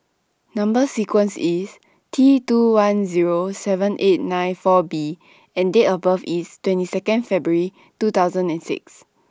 Number sequence IS T two one seven eight nine four B and Date of birth IS twenty Second February two thousand and six